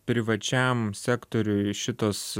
privačiam sektoriui šitos